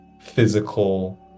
physical